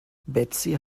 betsy